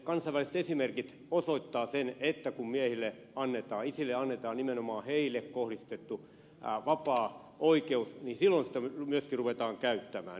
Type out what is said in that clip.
kansainväliset esimerkit osoittavat sen että kun miehille isille annetaan nimenomaan heille kohdistettu vapaa oikeus niin silloin sitä myöskin ruvetaan käyttämään